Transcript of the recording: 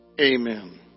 Amen